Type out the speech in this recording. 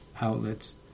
outlets